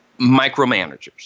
micromanagers